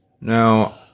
Now